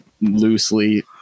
loosely